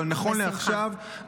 אבל נכון לעכשיו,